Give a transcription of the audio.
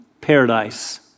paradise